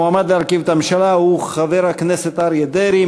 המועמד להרכיב את הממשלה הוא חבר הכנסת אריה דרעי.